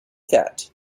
that